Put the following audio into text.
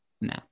No